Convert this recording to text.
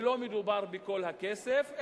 ולא מדובר בכל הכסף,